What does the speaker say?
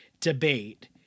debate